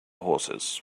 horses